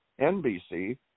NBC